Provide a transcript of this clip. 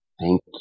thank